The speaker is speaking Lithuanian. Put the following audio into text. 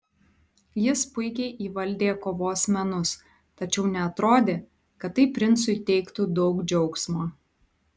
jis puikiai įvaldė kovos menus tačiau neatrodė kad tai princui teiktų daug džiaugsmo